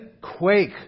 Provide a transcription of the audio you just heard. quake